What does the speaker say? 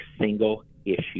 single-issue